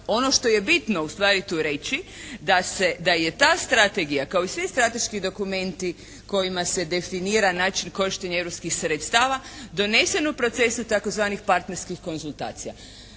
Ono što je bito ustvari tu reći da je ta strategija kao i svi strateški dokumenti kojima se definira način i korištenje europskih sredstava donesen u procesu tzv. partnerskih konzultacija